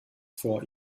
vor